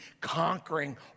conquering